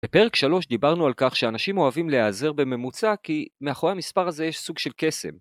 בפרק 3 דיברנו על כך שאנשים אוהבים להיעזר בממוצע כי מאחורי המספר הזה יש סוג של קסם.